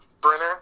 Brenner